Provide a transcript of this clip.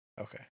Okay